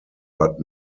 but